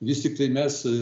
vis tiktai mes